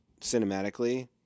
cinematically